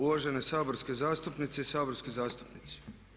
Uvažene saborske zastupnice i saborski zastupnici.